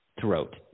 throat